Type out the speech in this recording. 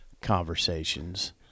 conversations